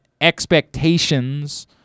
expectations